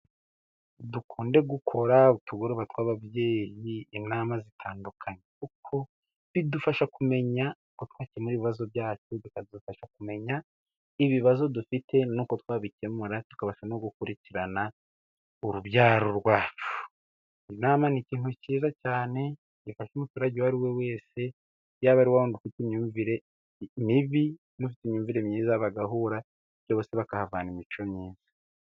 Dukunde gukora utugoroba tw'ababyeyi, inama zitandukanye kuko bidufasha kumenya uko twakemura ibibazo byacu, bikadufasha kumenya ibibazo dufite nuko twabikemura, tukabasha no gukurikirana urubyaro rwacu. Inama ni ikintu cyiza cyane gifashe umuturage uwo ari we wese, yaba ari wa wundi ufite imyumvire mibi n'ufite imyumvire myiza bagahura bose bakahavana imico myiza.